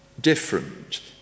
different